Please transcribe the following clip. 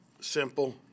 simple